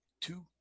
two